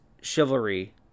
chivalry